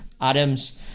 Adams